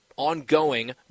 ongoing